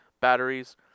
batteries